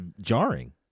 jarring